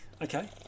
Okay